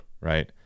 right